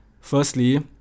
firstly